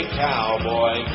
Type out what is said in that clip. cowboy